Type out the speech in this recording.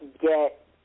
get